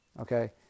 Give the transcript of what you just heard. okay